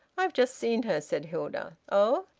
i've just seen her, said hilda. oh!